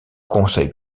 conseil